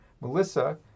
Melissa